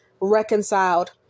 reconciled